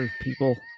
People